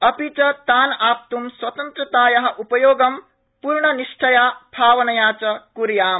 अपि च तान् आप्तुं स्वतंत्रताया सद्रपयोगं पूर्णनिष्ठया भावनया क्याम